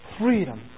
freedom